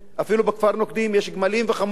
אפילו בכפר-הנוקדים יש גמלים וחמורים,